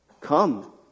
Come